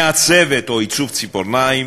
מעצבת או עיצוב ציפורניים,